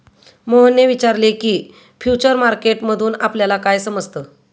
मोहनने विचारले की, फ्युचर मार्केट मधून आपल्याला काय समजतं?